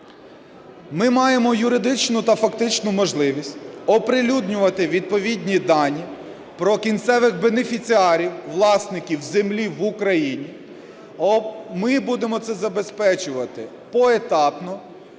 ми маємо юридичну та фактичну можливість оприлюднювати відповідні дані про кінцевих бенефіціарів власників землі в Україні. Ми будемо це забезпечувати поетапно.